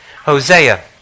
Hosea